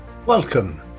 Welcome